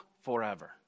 forever